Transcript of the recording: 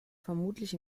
vermutlich